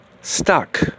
stuck